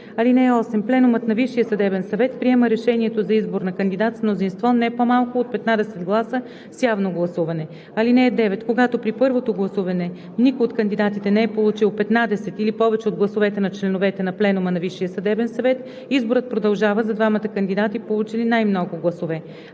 (8) Пленумът на Висшия съдебен съвет приема решението за избор на кандидат с мнозинство не по-малко от петнадесет гласа с явно гласуване. (9) Когато при първото гласуване никой от кандидатите не е получил петнадесет или повече от гласовете на членовете на пленума на Висшия съдебен съвет, изборът продължава за двамата кандидати, получили най-много гласове.